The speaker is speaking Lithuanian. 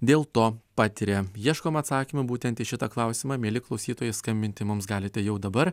dėl to patiria ieškom atsakymo būtent į šitą klausimą mieli klausytojai skambinti mums galite jau dabar